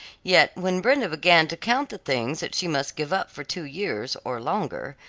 yet when brenda began to count the things that she must give up for two years, or longer,